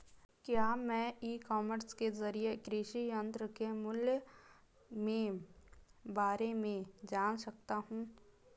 क्या मैं e commerce के ज़रिए कृषि यंत्र के मूल्य में बारे में जान सकता हूँ?